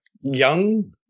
young